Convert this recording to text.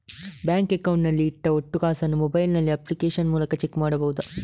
Bank account ನಲ್ಲಿ ಇಟ್ಟ ಒಟ್ಟು ಕಾಸನ್ನು ಮೊಬೈಲ್ ನಲ್ಲಿ ಅಪ್ಲಿಕೇಶನ್ ಮೂಲಕ ಚೆಕ್ ಮಾಡಬಹುದಾ?